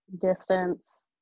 distance